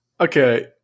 okay